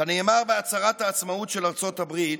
כנאמר בהצהרת העצמאות של ארצות הברית,